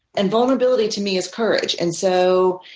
and vulnerability to me is courage, and so